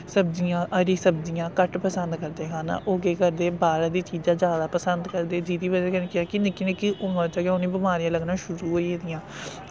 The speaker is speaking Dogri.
सब्जियां हरी सब्जियां घट्ट पसंद करदे खाना ओह् केह् करदे बाह्रा दी चीजां जैदा पसंद करदे जिह्दी बजा कन्नै केह् ऐ कि निक्की निक्की उमर च गै उनें बमारियां लग्गना शुरू होई गेदियां